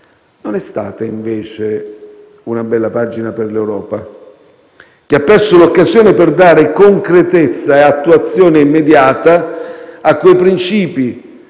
Non è stata, invece, una bella pagina per l'Europa, che ha perso l'occasione per dare concretezza e attuazione immediata a quei princìpi